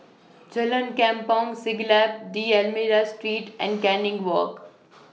Jalan Kampong Siglap D'almeida Street and Canning Walk